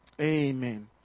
amen